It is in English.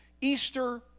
Easter